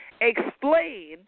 explain